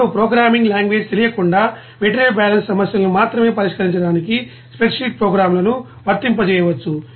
ఇప్పుడు programming language తెలియకుండా material balance సమస్యలను మాత్రమే పరిష్కరించడానికి స్ప్రెడ్షీట్ ప్రోగ్రామ్ను వర్తింపజేయవచ్చు